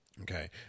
Okay